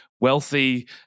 wealthy